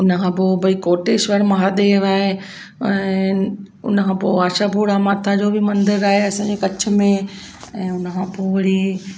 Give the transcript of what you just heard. हुन खां पोइ भई कोटेश्वर महादेव आहे ऐं हुन खां पोइ आशापूरा माता जो बि मंदरु आहे असांजे कच्छ में ऐं हुन खां पोइ वरी